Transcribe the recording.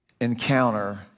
encounter